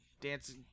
Dancing